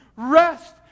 Rest